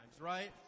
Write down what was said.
right